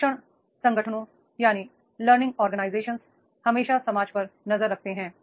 शिक्षण संगठनों learning organisation हमेशा समाज पर नजर रखते हैं